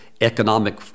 Economic